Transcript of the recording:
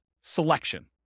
selection